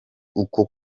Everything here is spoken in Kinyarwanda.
uko